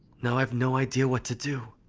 now i've no idea what to do.